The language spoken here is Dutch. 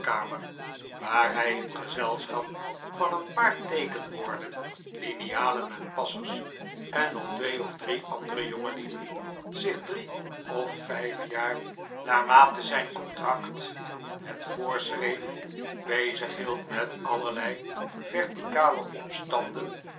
waar hij in gezelschap van een paar teekenborden linialen en passers en nog twee of drie andere jongelieden zich drie of vijf jaar naar mate zijn contract het voorschreef bezighield met allerlei verticale opstanden